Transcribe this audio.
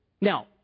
now